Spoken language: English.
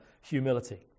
humility